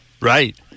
Right